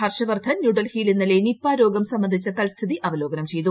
ഹർഷവർധൻ ന്യൂഡൽഹിയിൽ ഇന്നലെ നിപ രോഗം സംബന്ധിച്ച തൽസ്ഥിതി അവലോകനം ചെയ്തു